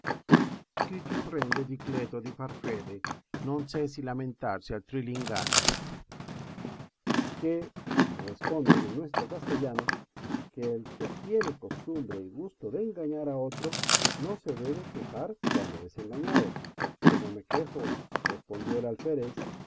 far fiode non si de lamentar si altri l'ingana que responden en nuestro castellano que el que tiene costumbre y gusto de engañar a otro no se debe quejar cuando es engañado yo no me quejo respondió el alférez